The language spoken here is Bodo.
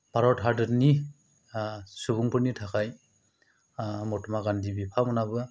भारत हादरनि सुबुंफोरनि थाखाय महात्मा गान्धी बिफा मोनाबो